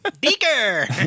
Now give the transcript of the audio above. Beaker